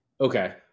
okay